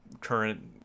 current